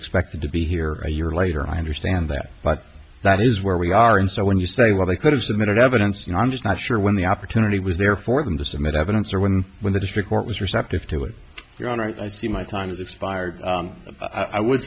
expected to be here a year later i understand that but that is where we are and so when you say well they could have submitted evidence you know i'm just not sure when the opportunity was there for them to submit evidence or when when the district court was receptive to it your honor i see my time has expired i would